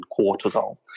cortisol